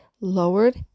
lowered